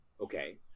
okay